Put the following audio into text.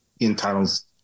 entitles